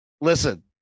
Listen